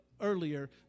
earlier